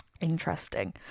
interesting